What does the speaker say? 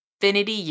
infinity